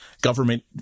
Government